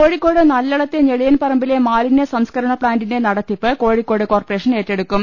കോഴിക്കോട് നല്ലളത്തെ ഞെളിയൻപറമ്പിലെ മാലിന്യ സംസ് കരണ പ്ലാന്റിന്റെ നടത്തിപ്പ് കോഴിക്കോട് കോർപ്പറേഷൻ ഏറ്റെടുക്കും